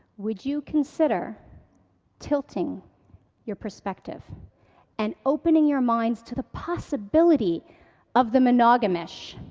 would you consider tilting your perspective and opening your minds to the possibility of the monogamish,